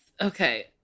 okay